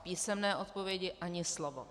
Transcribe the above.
V písemné odpovědi ani slovo.